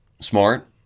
smart